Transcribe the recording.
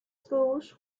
schools